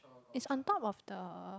is on top of the